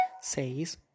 says